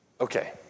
Okay